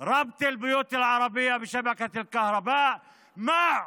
את חיבור הבתים הערבים לרשת החשמל תוך